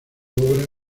obra